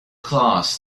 class